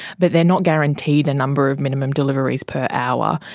but they are not guaranteed a number of minimum deliveries per hour.